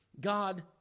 God